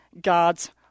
God's